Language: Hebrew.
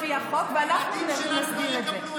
הם לא פועלים לא לפי החוק, זה רק לחברים של גנץ.